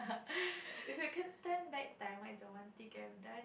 if you could turn back time what is the one thing you could have done